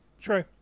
True